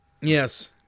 Yes